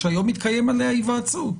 שהיום מתקיימת עליה היוועצות.